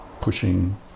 pushing